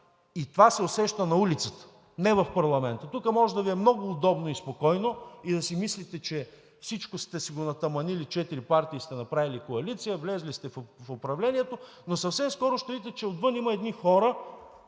И това се усеща на улицата, не в парламента. Тук може да Ви е много удобно и спокойно, и да си мислите, че всичко сте си натаманили – четири партии сте направили коалиция, влезли сте в управлението, но съвсем скоро ще видите, че отвън има едни хора,